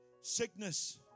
sickness